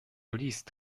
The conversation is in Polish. list